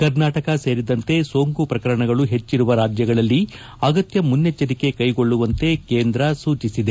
ಕರ್ನಾಟಕ ಸೇರಿದಂತೆ ಸೋಂಕು ಪ್ರಕರಣಗಳು ಹೆಚ್ಚಿರುವ ರಾಜ್ಯಗಳಲ್ಲಿ ಅಗತ್ತ ಮುನ್ನೆಜ್ವರಿಕೆ ಕೈಗೊಳ್ಳುವಂತೆ ಕೇಂದ್ರ ಸೂಚಿಸಿದೆ